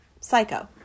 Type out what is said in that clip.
psycho